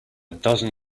dozen